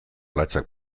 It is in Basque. latzak